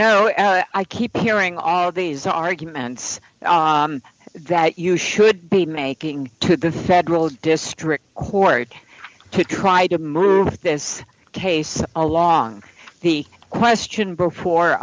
know i keep hearing all these arguments that you should be making to the federal district court to try to get this case along the question before